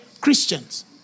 Christians